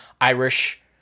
Irish